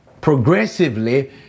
progressively